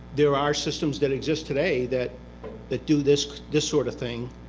there are systems that exist today that that do this this sort of thing